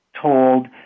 told